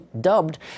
dubbed